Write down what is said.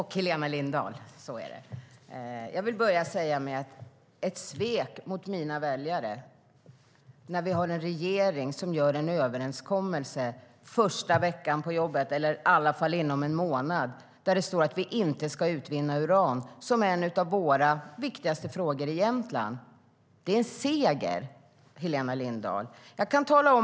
Herr talman! Ett svek mot mina väljare, när vi har en regering som ingår en överenskommelse första veckan på jobbet - i alla fall inom en månad? Där står att uran inte ska utvinnas. Det är en av våra viktigaste frågor i Jämtland. Det är en seger, Helena Lindahl.